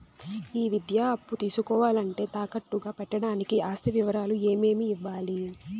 ఈ విద్యా అప్పు తీసుకోవాలంటే తాకట్టు గా పెట్టడానికి ఆస్తి వివరాలు ఏమేమి ఇవ్వాలి?